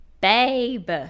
Babe